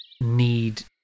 need